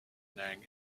nang